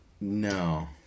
No